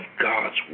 God's